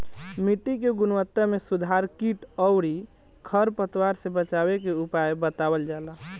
मिट्टी के गुणवत्ता में सुधार कीट अउरी खर पतवार से बचावे के उपाय बतावल जाला